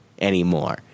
anymore